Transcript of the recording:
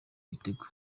igitego